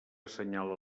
assenyala